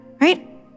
right